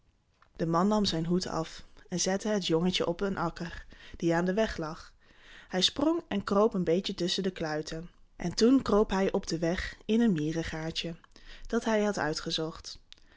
de man nam zijn hoed af en zette het jongetje op een akker die aan den weg lag hij sprong en kroop een beetje tusschen de kluiten en toen kroop hij op den weg in een mierengaatje dat hij had uitgezocht